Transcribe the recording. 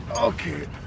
okay